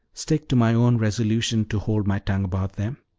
stick to my own resolution to hold my tongue about them?